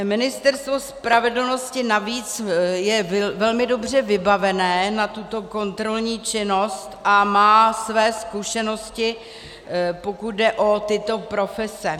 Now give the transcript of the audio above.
Ministerstvo spravedlnosti navíc je velmi dobře vybaveno na tuto kontrolní činnost a má své zkušenosti, pokud jde o tyto profese.